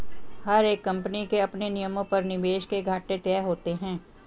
हर एक कम्पनी के अपने नियमों पर निवेश के घाटे तय होते हैं